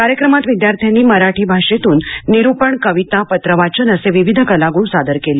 कार्यक्रमात विद्यार्थ्यांनी मराठी भाषेतून निरुपण कविता पत्र वाचन असे विविध कलाग्ण सादर केले